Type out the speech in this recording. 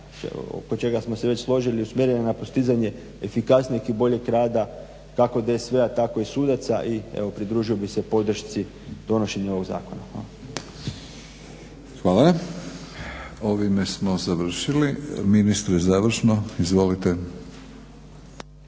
čega smo se već složili usmjerena na postizanje efikasnijeg i boljeg rada kako DSV-a, tako i sudaca i pridružio bih se podršci donošenja ovog zakona. Hvala. **Batinić, Milorad (HNS)** Hvala. Ovime smo završili. Ministre završno? Izvolite.